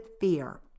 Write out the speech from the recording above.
fear